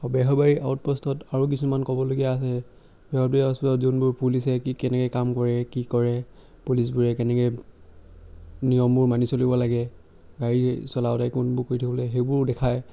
বেহৰবাৰী আউটপোষ্টত আৰু কিছুমান ক'বলগীয়া আছে বেহৰবাৰী আউটপোষ্টত যোনবোৰ পুলিচে কি কেনেকৈ কাম কৰে কি কৰে পুলিচবোৰে কেনেকৈ নিয়মবোৰ মানি চলিব লাগে গাড়ী চলাওঁতে কোনবোৰ কৰি থাকিব লাগে সেইবোৰ দেখায়